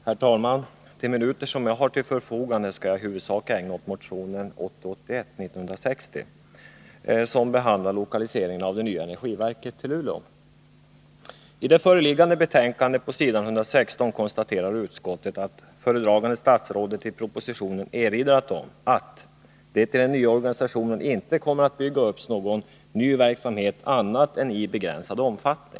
Herr talman! De minuter som jag har till förfogande skall jag i huvudsak ägna åt motion 1980/81:1960, som behandlar lokaliseringen av det nya statliga energiverket till Luleå. På s. 116 i det föreliggande betänkandet konstaterar utskottet att föredragandet statsrådet i propositionen erinrat om att det i den nya organisationen inte kommer att byggas upp någon ny verksamhet annat än i begränsad omfattning.